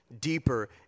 deeper